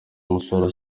umusaruro